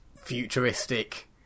futuristic